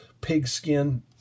pigskin